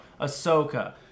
Ahsoka